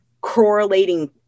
correlating